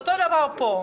אותו הדבר גם פה.